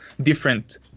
different